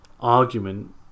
argument